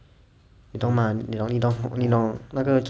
你懂吗你懂那个